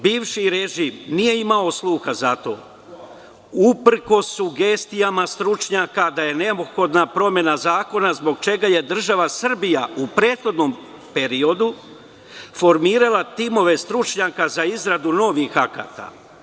Bivši režim nije imao sluha za to, uprkos sugestijama stručnjaka da je neophodna promena zakona, zbog čega je država Srbija u prethodnom periodu formirala timove stručnjaka za izradu novih akata.